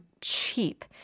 cheap